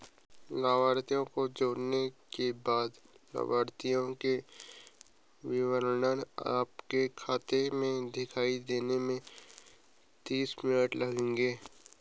लाभार्थी को जोड़ने के बाद लाभार्थी के विवरण आपके खाते में दिखाई देने में तीस मिनट लगेंगे